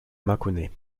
mâconnais